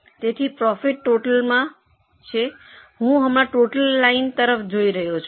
તેથી પ્રોફિટ ટોટલમાં છે હું હમણાં ટોટલ લાઇન તરફ જોઈ રહ્યો છું